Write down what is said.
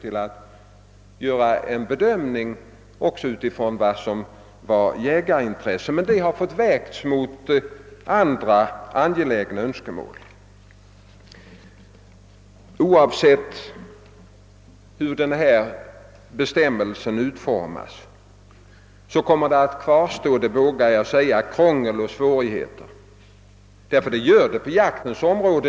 Dessa instanser har således velat gå längre i begränsning än vad som angivits i den nya stadgan. Men detta har fått vägas mot andra angelägna önskemål. Oavsett hur denna bestämmelse utformas kommer — det vågar jag säga — krångel och svårigheter att kvar stå, ty det finns mycket av detta på jaktens område.